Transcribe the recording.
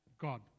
God